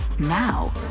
Now